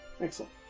Excellent